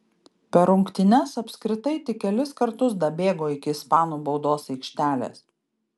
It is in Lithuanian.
per rungtynes apskritai tik kelis kartus dabėgo iki ispanų baudos aikštelės